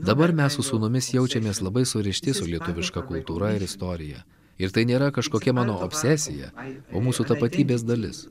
dabar mes su sūnumis jaučiamės labai surišti su lietuviška kultūra ir istorija ir tai nėra kažkokia mano obsesija o mūsų tapatybės dalis